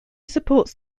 supports